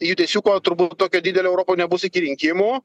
judesiuko turbūt tokio didelio europoj nebus iki rinkimų